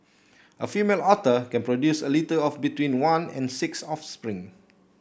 a female otter can produce a litter of between one and six offspring